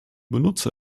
benutzer